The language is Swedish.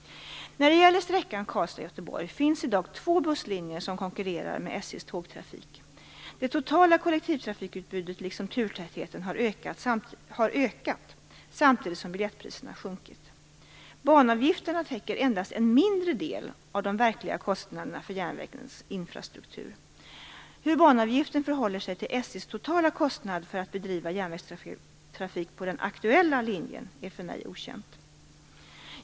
När det gäller sträckan Karlstad-Göteborg finns det i dag två busslinjer som konkurrerar med SJ:s tågtrafik. Det totala kollektivtrafikutbudet liksom turtätheten har ökat samtidigt som biljettpriserna sjunkit. Banavgifterna täcker endast en mindre del av de verkliga kostnaderna för järnvägens infrastruktur. Hur banavgiften förhåller sig till SJ:s totala kostnad för att bedriva järnvägstrafik på den aktuella linjen är för mig okänt.